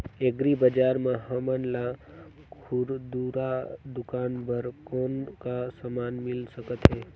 Agri बजार म हमन ला खुरदुरा दुकान बर कौन का समान मिल सकत हे?